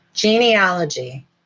Genealogy